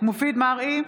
מופיד מרעי,